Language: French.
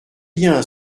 bien